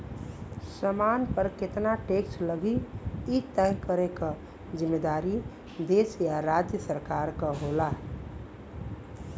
सामान पर केतना टैक्स लगी इ तय करे क जिम्मेदारी देश या राज्य सरकार क होला